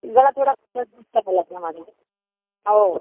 गळा थोडा घस करायला लागला आहे माझा हो